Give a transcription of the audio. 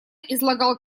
излагал